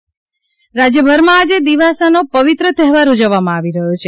દિવાસો શ્રાવણ રાજ્યભરમાં આજે દિવાસોનો પવિત્ર તહેવાર ઉજવવામાં આવી રહ્યો છે